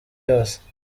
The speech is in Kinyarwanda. yose